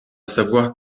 savoir